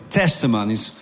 testimonies